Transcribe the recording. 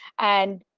and